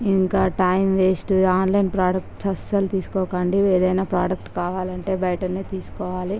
ఇంకా time waste online products అస్సలు తీసుకోకండి ఏదైనా ప్రొడెక్టు కావాలంటే బయటనే తీసుకోవాలి